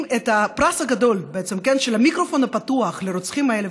את הפרס הגדול של מיקרופון פתוח לרוצחים האלה,